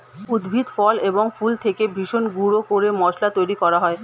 উদ্ভিদ, ফল এবং ফুল থেকে ভেষজ গুঁড়ো করে মশলা তৈরি করা হয়